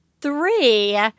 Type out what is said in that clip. three